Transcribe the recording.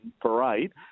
parade